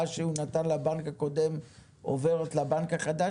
שהוא נתן לבנק הקודם עוברת לבנק החדש,